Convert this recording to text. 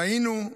ראינו,